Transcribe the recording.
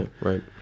right